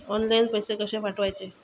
Online पैसे कशे पाठवचे?